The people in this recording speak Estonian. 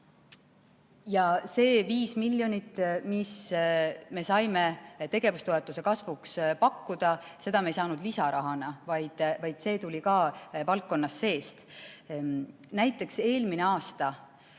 Ja see 5 miljonit, mis me saime tegevustoetuse kasvuks pakkuda, seda me ei saanud lisarahana, vaid see tuli ka valdkonna seest. Näiteks eelmine aasta